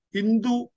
Hindu